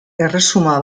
erresuma